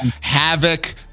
Havoc